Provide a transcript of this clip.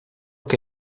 che